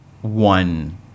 one